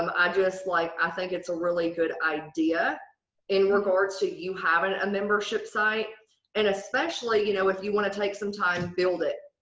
um i just like i think it's a really good idea in regards to you having a membership site and especially you know if you want to take some time build it.